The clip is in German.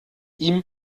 ihm